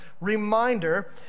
reminder